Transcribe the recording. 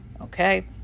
okay